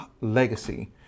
Legacy